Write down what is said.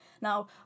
Now